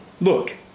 Look